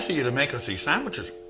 you to make us these sandwiches.